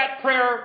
prayer